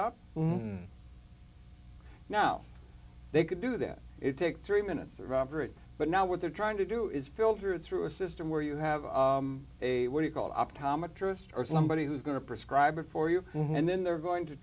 and now they could do that it takes three minutes robert but now what they're trying to do is filtered through a system where you have a what you call optometrist or somebody who's going to prescribe it for you and then they're going to